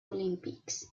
olímpics